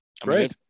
great